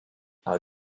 out